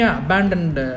abandoned